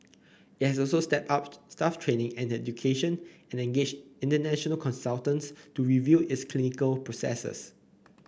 it has also stepped up staff training and education and engaged international consultants to review its clinical processes